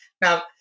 now